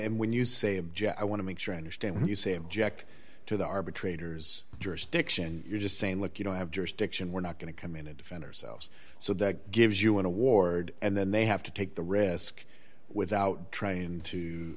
and when you say object i want to make sure i understand you say object to the arbitrators jurisdiction you're just saying look you don't have jurisdiction we're not going to come in a defend ourselves so that gives you an award and then they have to take the risk without trying